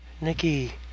Nikki